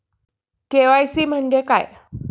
KYC म्हणजे काय आहे?